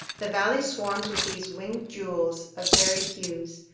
the valley swarms with these winged jewels of varied hues,